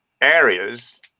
areas